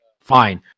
Fine